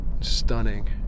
stunning